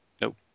nope